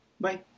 Bye